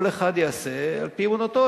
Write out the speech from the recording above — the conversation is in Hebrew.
כל אחד יעשה על-פי אמונתו.